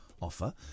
offer